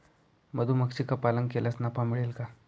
मधुमक्षिका पालन केल्यास नफा मिळेल का?